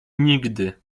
nigdy